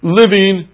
living